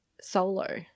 solo